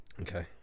Okay